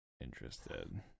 interested